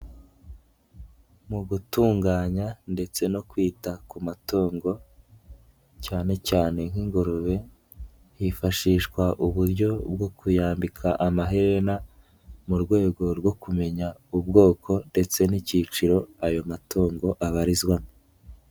Mu gutunganya ndetse no kwita ku matungo cyane cyane nk'ingurube, hifashishwa uburyo bwo kuyambika amaherena, mu rwego rwo kumenya ubwoko ndetse n'ikiciro ayo matungo abarizwamo.